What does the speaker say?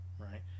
right